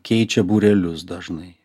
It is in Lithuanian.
keičia būrelius dažnai